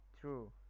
true